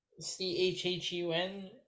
c-h-h-u-n